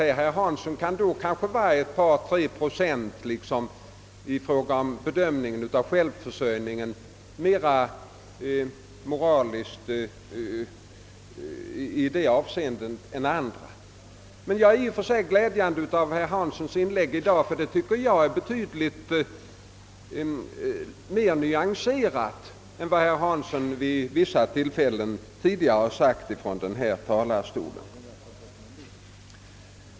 Herr Hansson kan i så fall vara ett par tre procent mera moralisk än andra i bedömningen av vår självförsörjning. I och för sig var emellertid herr Hanssons inlägg i dag glädjande, ty det var betydligt mera nyanserat än hans yttranden från denna talarstol vid vissa tidigare tillfällen.